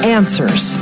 answers